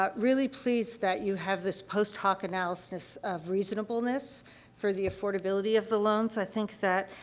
um really pleased that you have this post-hoc analysis of reasonableness for the affordability of the loans. i think that,